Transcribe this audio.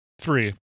Three